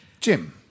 Jim